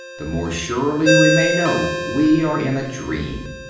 the more surely we may know we are in a dream.